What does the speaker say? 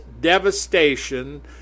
devastation